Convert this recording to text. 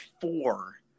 four